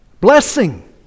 Blessing